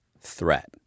threat